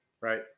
right